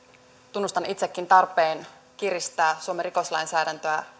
tunnustan itsekin tarpeen kiristää suomen rikoslainsäädäntöä